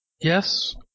Yes